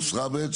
והוסרה.